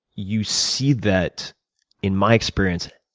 you see that in my experience,